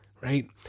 right